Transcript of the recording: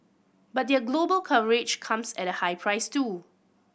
but their global coverage comes at a high price too